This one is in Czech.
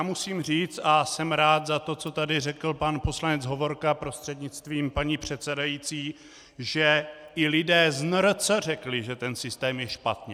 Musím říct, jsem rád za to, co tady řekl pan poslanec Hovorka prostřednictvím paní předsedající, že i lidé z NRC řekli, že ten systém je špatně.